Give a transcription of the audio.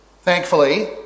Thankfully